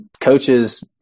coaches